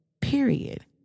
Period